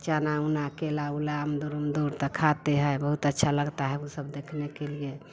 चना ऊना केला उला अन्दुर उन्दुर त खाते हैं बहुत अच्छा लगता है ऊ सब देखने के लिए